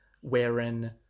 wherein